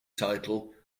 title